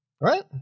Right